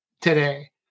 today